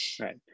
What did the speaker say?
right